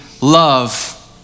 love